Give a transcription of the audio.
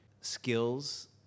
skills